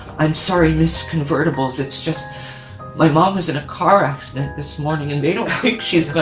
i'm sorry, miss convertibles. it's just my mom is in a car accident this morning and they don't think she's. ah